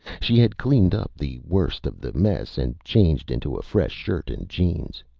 she had cleaned up the worst of the mess and changed into a fresh shirt and jeans.